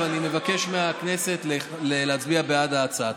ואני מבקש מהכנסת להצביע בעד ההצעה.